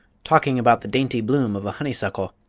talking about the dainty bloom of a honey-suckle,